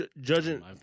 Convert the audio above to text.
Judging